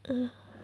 mm